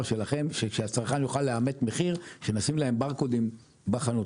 שלכם שכדי שהצרכן יוכל לאמת מחיר שנשים להם ברקודים בחנות.